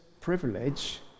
privilege